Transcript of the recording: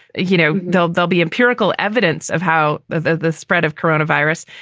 you know, they'll they'll be empirical evidence of how the the spread of coronavirus.